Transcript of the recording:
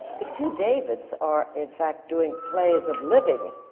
the two davids are, in fact, doing plays of living